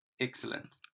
Excellent